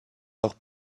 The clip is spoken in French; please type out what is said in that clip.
leurs